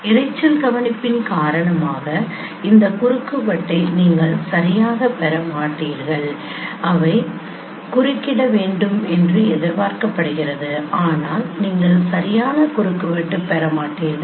இரைச்சல் கவனிப்பின் காரணமாக இந்த குறுக்குவெட்டை நீங்கள் சரியாகப் பெற மாட்டீர்கள் அவை குறுக்கிட வேண்டும் என்று எதிர்பார்க்கப்படுகிறது ஆனால் நீங்கள் சரியான குறுக்குவெட்டு பெற மாட்டீர்கள்